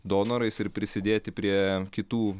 donorais ir prisidėti prie kitų